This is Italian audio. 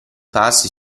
passi